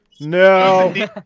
No